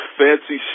fancy